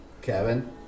Kevin